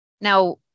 Now